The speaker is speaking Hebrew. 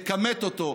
לכמת אותו,